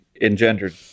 engendered